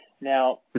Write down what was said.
Now